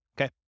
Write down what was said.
Okay